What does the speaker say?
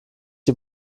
die